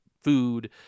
food